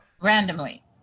Randomly